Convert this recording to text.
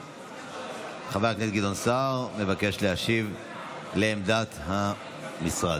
חבר הכנסת גדעון סער מבקש להשיב על עמדת המשרד.